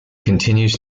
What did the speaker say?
continues